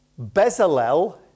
Bezalel